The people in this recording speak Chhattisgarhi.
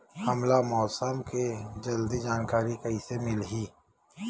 हमला मौसम के जल्दी जानकारी कइसे मिलही?